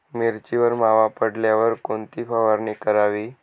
मिरचीवर मावा पडल्यावर कोणती फवारणी करावी?